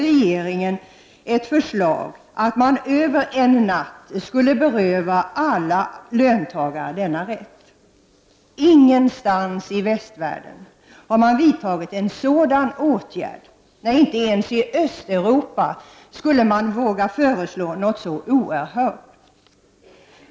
ringen att man över en natt skall beröva alla löntagare denna rätt. Ingenstans i västvärlden har man vidtagit en sådan åtgärd. Inte ens i Östeuropa skulle man i dag våga föreslå något så oerhört.